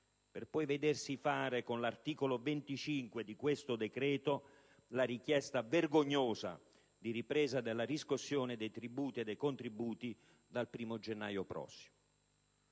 per poi vedersi fare, con l'articolo 25 di questo decreto, la richiesta vergognosa di ripresa della riscossione dei tributi e contributi dal 1° gennaio prossimo.